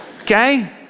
Okay